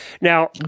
Now